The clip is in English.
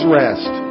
rest